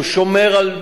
שהוא שומר,